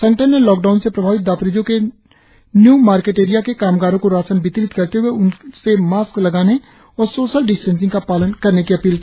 संगठन ने लॉकडाउन से प्रभावित दापोरिजो के नियी मार्केट एरिया के कामगारों को राशन वितरित करते हुए उनके मास्क लगाने और सोशल डिस्टेंसिंग का पालन करने की अपील की